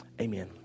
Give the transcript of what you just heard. Amen